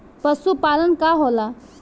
पशुपलन का होला?